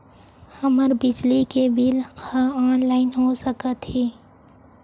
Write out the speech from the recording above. हमर बिजली के बिल ह ऑनलाइन हो सकत हे?